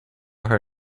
her